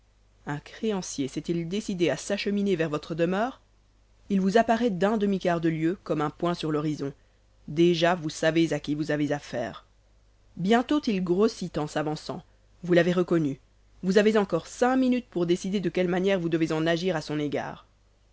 un créancier s'est-il décidé à s'acheminer vers votre demeure il vous apparaît d'un demi quart de lieue comme un point sur l'horizon déjà vous savez à qui vous avez affaire bientôt il grossit en s'avançant vous l'avez reconnu vous avez encore cinq minutes pour décider de quelle manière vous devez en agir à son égard